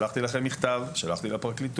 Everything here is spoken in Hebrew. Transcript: שלחתי לכם מכתב, שלחתי לפרקליטות.